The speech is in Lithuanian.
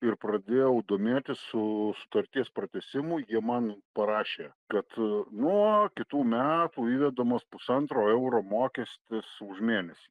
ir pradėjau domėtis su sutarties pratęsimu jie man parašė kad nuo kitų metų įvedamas pusantro euro mokestis už mėnesį